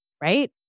right